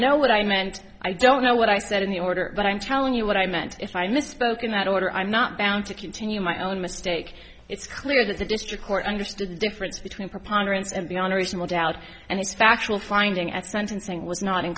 know what i meant i don't know what i said in the order but i'm telling you what i meant if i misspoke in that order i'm not bound to continue my own mistake it's clear that the district court understood the difference between preponderance and beyond reasonable doubt and his factual finding at sentencing was not in